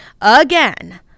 Again